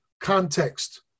context